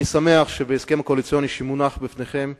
אני שמח שבהסכם הקואליציוני שמונח לפניכם אנחנו,